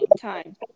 Time